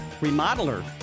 remodeler